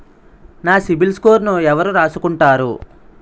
నా సిబిల్ స్కోరును ఎవరు రాసుకుంటారు